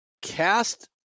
Cast